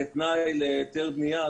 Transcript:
כתנאי להיתר בנייה,